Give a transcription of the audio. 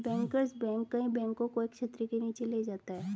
bankers bank कई बैंकों को एक छतरी के नीचे ले जाता है